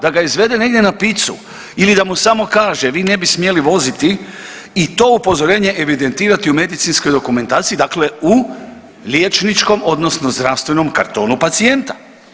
Da ga izvede negdje na pizzu ili da mu samo kaže, vi ne bi smjeli voziti i to upozorenje evidentirati u medicinskoj dokumentaciji dakle u liječničkom odnosno zdravstvenom kartonu pacijenta.